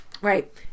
Right